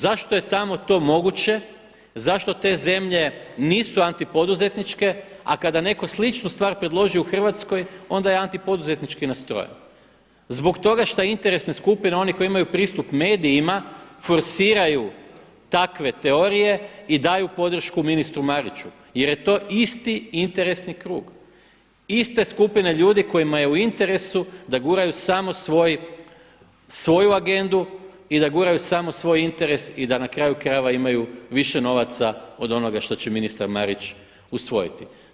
Zašto je tamo to moguće, zašto te zemlje nisu antipoduzetničke a kada netko sličnu stvar predloži u Hrvatskoj onda je antipoduzetnički nastrojen zbog toga šta interesne skupine onih koji imaju pristup medijima forsiraju takve teorije i daju podršku ministru Mariću jer je to isti interesni krug, iste skupine ljudi kojima je u interesu da guraju samo svoj, svoju agendu, i da guraju samo svoj interes i da na kraju krajeva imaju više novaca od onoga što će ministar Marić usvojiti.